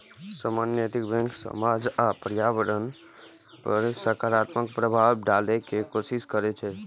सामान्यतः नैतिक बैंक समाज आ पर्यावरण पर सकारात्मक प्रभाव डालै के कोशिश करै छै